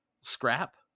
scrap